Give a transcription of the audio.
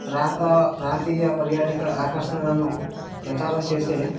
ప్రాంత ప్రాంతీయ పర్యాటక ఆకర్షణలను ప్రచారం చేసే